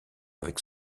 avec